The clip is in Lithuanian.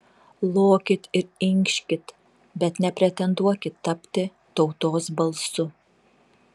lokit ir inkškit bet nepretenduokit tapti tautos balsu